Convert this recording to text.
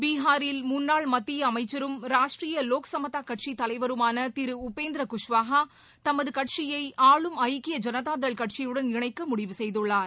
பீகாரில் முன்னாள் மத்திய அமைச்சரும் ராஷ்டிரிய லோக் சமதா கட்சி தலைவருமான திரு உபேந்திர குஷ்வாஹா தமது கட்சியை ஆளும் ஐக்கிய ஜனதா தள் கட்சியுடன் இணைக்க முடிவு செய்துள்ளார்